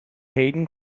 hayden